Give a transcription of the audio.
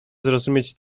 zrozumieć